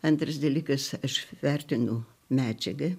antras dalykas aš vertinu medžiaga